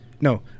No